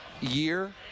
year